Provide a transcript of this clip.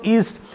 East